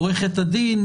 עורכת הדין,